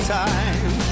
time